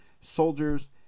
soldiers